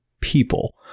people